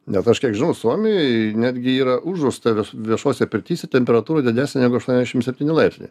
nes aš kiek žinau suomijoj netgi yra uždrausta viešose pirtyse temperatūra didesnė negu aštuoniasdešim septyni laipsniai